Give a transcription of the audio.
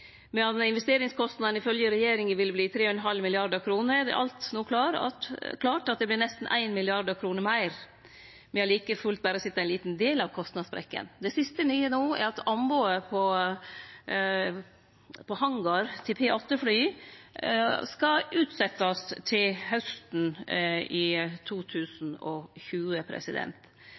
Medan investeringskostnaden ifylgje regjeringa ville verte 3,5 mrd. kr, er det alt no klart at det vert nesten 1 mrd. kr meir. Me har like fullt berre sett ein liten del av kostnadssprekken. Det siste nye no er at anbodet på hangar til P8-fly skal utsetjast til hausten 2020.